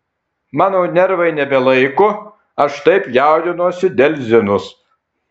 mano nervai nebelaiko aš taip jaudinuosi dėl zinos